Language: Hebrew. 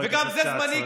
וגם זה זמני,